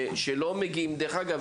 דרך אגב,